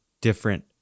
different